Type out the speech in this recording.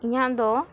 ᱤᱧᱟᱹᱜ ᱫᱚ